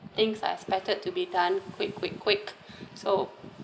things are expected to be done quick quick quick so